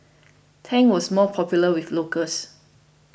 Tang was more popular with locals